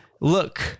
Look